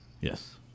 Yes